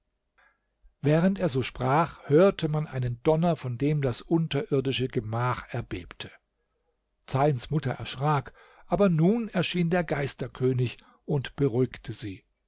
während er so sprach hörte man einen donner von dem das unterirdische gemach erbebte zeyns mutter erschrak aber nun erschien der geisterkönig und beruhigte sie